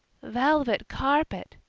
velvet carpet,